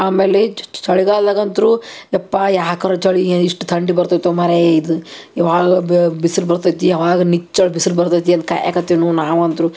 ಆಮೇಲೆ ಚಳಿಗಾಲ್ದಾಗ ಅಂತು ಎಪ್ಪಾ ಯಾಕಾರ ಚಳಿ ಇಷ್ಟು ಥಂಡಿ ಬರ್ತೈತೋ ಮಾರಾಯ ಇದು ಯಾವಾಗ ಬಿಸಲು ಬರ್ತೈತಿ ಯಾವಾಗ ನಿಚ್ಚಳ ಬಿಸಲು ಬರ್ತೈತಿ ಎಂದು ಕಾಯಕತ್ತಿವಿ ನಾವು ಅಂತು